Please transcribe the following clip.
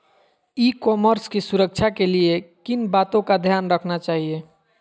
ई commerce की सुरक्षा के लिए किन बातों का ध्यान रखना चाहिए?